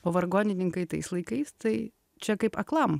o vargonininkai tais laikais tai čia kaip aklam